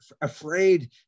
afraid